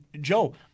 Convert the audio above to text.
Joe